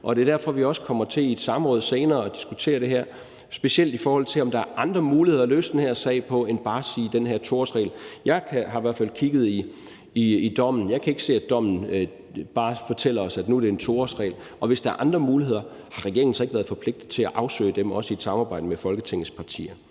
og det er derfor, vi også kommer til i et samråd senere at diskutere det her, specielt i forhold til om der er andre muligheder for at løse den her sag end bare at tage den her 2-årsregel. Jeg har i hvert fald kigget i dommen, og jeg kan ikke se, at dommen bare fortæller os, at nu er det en 2-årsregel, og hvis der er andre muligheder, har regeringen så ikke været forpligtet til at afsøge dem, også i et samarbejde med Folketingets partier?